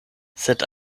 sed